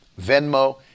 Venmo